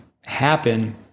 happen